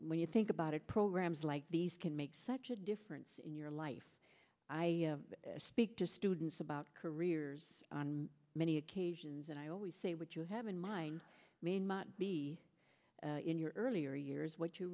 when you think about it programs like these can make such a difference in your life i speak to students about careers on many occasions and i always say what you have in mind may not be in your earlier years what you